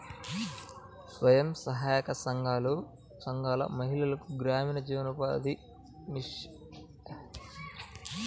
స్వయం సహాయక సంఘాల మహిళలకు గ్రామీణ జీవనోపాధి మిషన్ పథకం కింద జీవనోపాధి కల్పిస్తున్నారు